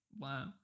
wow